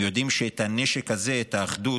הם יודעים שאת הנשק הזה, את האחדות,